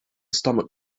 stomach